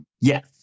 Yes